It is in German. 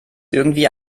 irgendwie